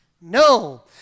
No